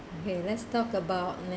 okay let's talk about